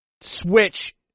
Switch